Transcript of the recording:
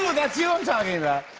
that's you i'm talking about.